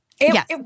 Yes